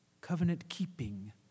covenant-keeping